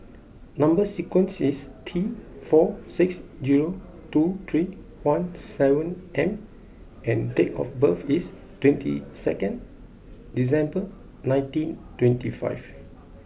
number sequence is T four six zero two three one seven M and date of birth is twenty second December nineteen twenty five